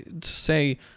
say